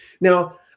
Now